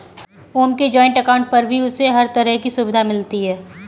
ओम के joint account पर भी उसे हर तरह की सुविधा मिलती है